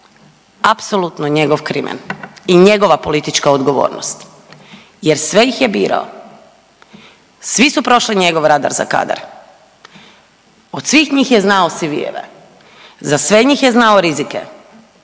apsolutno njegov krimen i njegova politička odgovornost jer sve ih je birao, svi su prošli njegov radar za kadar, od svih njih je znao CV-eve, za sve njih je znao rizike